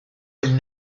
would